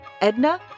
Edna